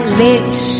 lips